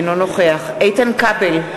אינו נוכח איתן כבל,